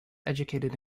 educated